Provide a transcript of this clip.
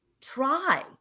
try